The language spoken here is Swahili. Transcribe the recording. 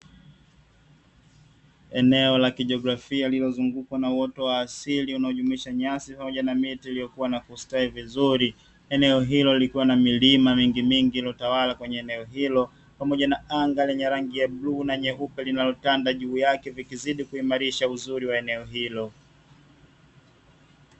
Eneo la kijiografia lililozungukwa na uoto wa asili unaojumuisha nyasi fupi vichaka na miti iliyokua na kustawi stawi vizuri. Eneo hilo likiwa na milima mingi iliyotawala eneo hilo pamoja na anga lenye rangi nyeupe na bluu lililotanda juu yake likizidi kuling'arisha eneo hilo.